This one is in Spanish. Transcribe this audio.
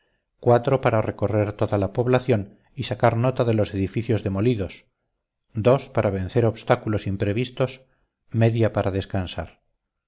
cuatro para recorrer toda la población y sacar nota de los edificios demolidos dos para vencer obstáculos imprevistos media para descansar